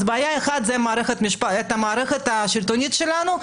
בעיה אחת זו המערכת השלטונית שלנו,